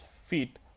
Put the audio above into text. feet